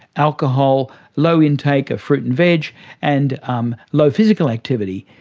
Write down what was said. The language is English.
alcohol, low intake of fruit and vegetables and um low physical activity.